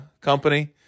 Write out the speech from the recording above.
company